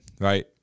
right